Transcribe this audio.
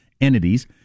entities